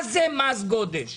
מה זה מס גודש?